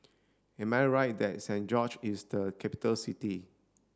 am I right that Saint George's is a capital city